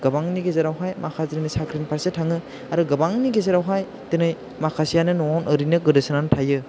गोबांनि गेजेराव हाय माखासे साख्रिनि फारसे थाङो आरो गोबांनि गेजेराव हाय दिनै माखासेआनो न'आव ओरैनो गोदोसोनानै थायो